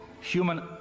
Human